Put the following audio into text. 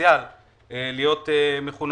פוטנציאל להיות מחוננים,